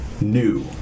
new